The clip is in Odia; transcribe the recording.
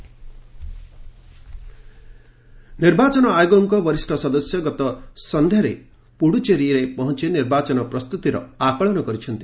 ପୁଡ଼ୁଚେରୀ ନିର୍ବାଚନ ଆୟୋଗଙ୍କ ବରିଷ୍ଠ ସଦସ୍ୟ ଗତ ସନ୍ଧ୍ୟାରେ ପୁଡ଼ୁଚେରୀ ପହଞ୍ଚି ନିର୍ବାଚନ ପ୍ରସ୍ତୁତିର ଆକଳନ କରିଛନ୍ତି